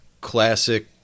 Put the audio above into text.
Classic